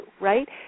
right